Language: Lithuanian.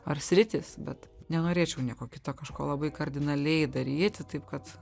ar sritys bet nenorėčiau nieko kito kažko labai kardinaliai daryti taip kad